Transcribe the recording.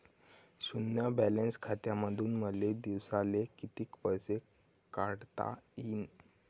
शुन्य बॅलन्स खात्यामंधून मले दिवसाले कितीक पैसे काढता येईन?